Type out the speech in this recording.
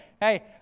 Hey